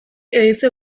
edizio